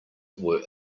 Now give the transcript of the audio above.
were